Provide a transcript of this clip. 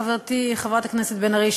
ותודה רבה לחברתי חברת הכנסת בן ארי,